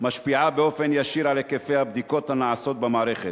משפיעה באופן ישיר על היקפי הבדיקות הנעשות במערכת.